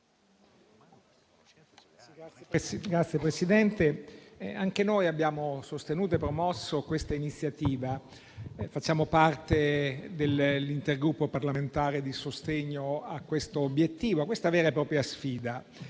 Signor Presidente, anche noi abbiamo sostenuto e promosso questa iniziativa. Facciamo parte dell'intergruppo parlamentare di sostegno a questo obiettivo che rappresenta una vera e propria sfida